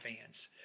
fans